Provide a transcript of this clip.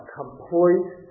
complete